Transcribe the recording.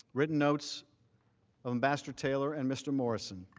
written notes of ambassador taylor and mr. morrison.